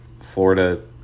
Florida